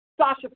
Sasha